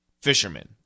fisherman